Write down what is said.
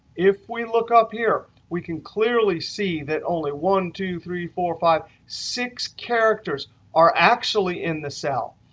if we look up here, we can clearly see that only one, two, three, four, five, six characters are actually in the cell.